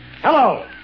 Hello